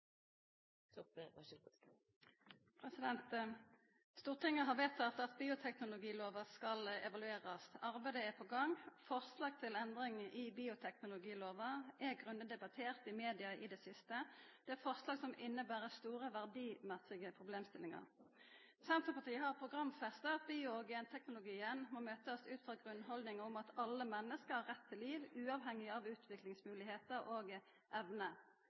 på gang. Forslag til endring i bioteknologilova er grundig debattert i media i det siste. Det er forslag som inneber store verdimessige problemstillingar. Senterpartiet har programfesta at bio- og genteknologien må møtast ut frå den grunnhaldninga at alle menneske har rett til liv, uavhengig av utviklingsmoglegheiter og